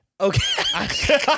Okay